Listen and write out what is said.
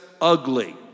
ugly